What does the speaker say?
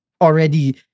already